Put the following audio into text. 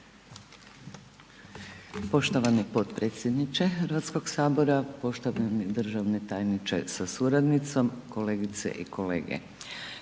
Poštovani potpredsjedniče HS, poštovani državni tajniče sa suradnicom, kolegice i kolege,